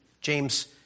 James